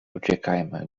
uciekajmy